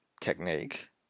technique